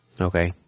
Okay